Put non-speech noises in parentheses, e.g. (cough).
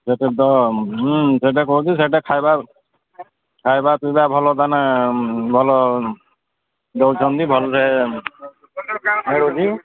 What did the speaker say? ସେଇଟା ତ ହୁଁ ସେଟା କହୁଛି ସେଇଟା ଖାଇବା ଖାଇବା ପିଇବା ଭଲ ତାନେ ଭଲରେ ଦେଉଛନ୍ତି ଭଲରେ (unintelligible)